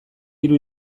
hiru